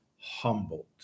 humbled